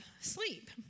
sleep